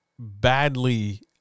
Badly